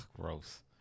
gross